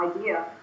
idea